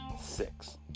Six